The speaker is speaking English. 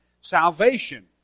Salvation